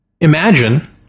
imagine